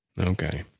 Okay